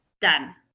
done